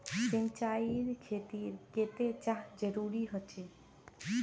सिंचाईर खेतिर केते चाँह जरुरी होचे?